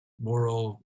moral